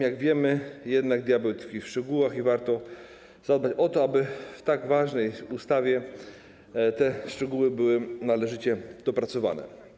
Jak wiemy, jednak diabeł tkwi w szczegółach i warto zadbać o to, aby w tak ważnej ustawie te szczegóły były należycie dopracowane.